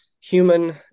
human